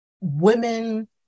women